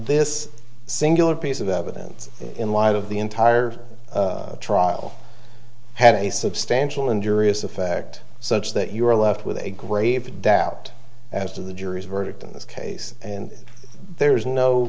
this singular piece of evidence in light of the entire trial had a substantial injurious effect such that you are left with a grave doubt as to the jury's verdict in this case and there is no